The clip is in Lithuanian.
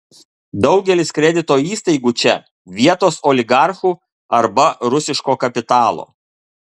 daugelis kredito įstaigų čia vietos oligarchų arba rusiško kapitalo